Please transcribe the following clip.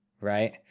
right